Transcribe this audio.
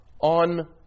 on